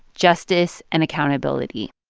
justice and accountability